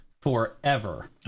forever